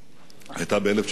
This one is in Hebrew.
היתה ב-1975,